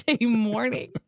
morning